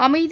அமைதி